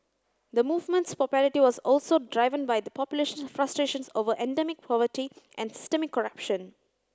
the movement's popularity was also driven by the population's frustrations over endemic poverty and systemic corruption